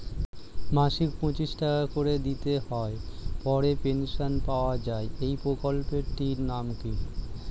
মাসিক পঁচিশ টাকা করে দিতে হয় পরে পেনশন পাওয়া যায় এই প্রকল্পে টির নাম কি?